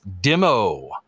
demo